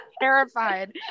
Terrified